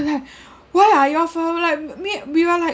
why are you all far from him me we were like